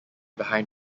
behind